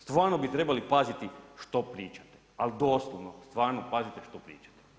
Stvarno bi trebali paziti što pričate, ali doslovno, stvarno pazite što pričate.